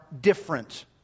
different